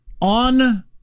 on